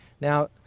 Now